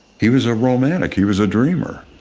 he was a romantic. he was a dreamer.